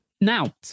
now